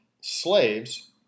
slaves